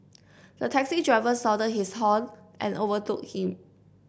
the taxi driver sounded his horn and overtook him